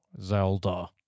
Zelda